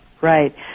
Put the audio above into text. right